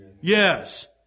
Yes